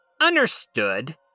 Understood